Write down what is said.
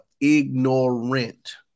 ignorant